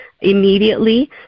immediately